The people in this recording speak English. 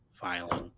filing